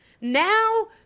Now